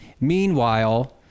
Meanwhile